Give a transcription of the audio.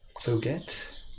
forget